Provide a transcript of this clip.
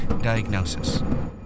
diagnosis